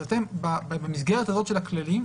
אתם במסגרת הזאת של הכללים,